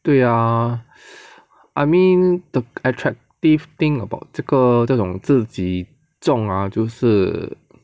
对呀 I mean the attractive thing about 这个这种自己种 ah 就是